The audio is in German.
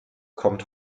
kommt